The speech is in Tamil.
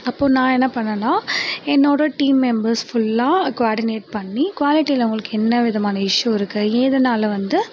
அப்போது நான் என்ன பண்ணன்னால் என்னோடய டீம் மெம்பர்ஸ் ஃபுல்லாக கோஆர்டினேட் பண்ணி குவாலிட்டியில் உங்களுக்கு என்ன விதமான இஸ்ஸு இருக்குது ஏதுனால் வந்து